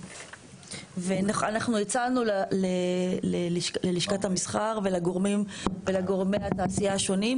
אנחנו הצענו ללשכת המסחר ולגורמי התעשייה השונים,